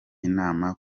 inama